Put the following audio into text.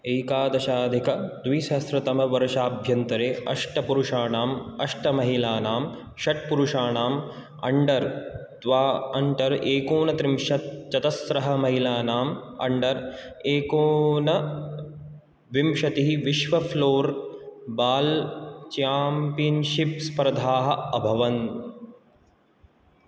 एकादशाधिकद्विसहस्रतमवर्षाभ्यन्तरे अष्ट पुरुषाणाम् अष्ट महिलानां षट् पुरुषाणाम् अण्डर् द्वा अण्डर् एकोनत्रिंशत् चतस्रः महिलानाम् अण्डर् एकोनविंशतिः विश्व फ़्लोर् बाल् च्याम्पियन्शिप् स्पर्धाः अभवन्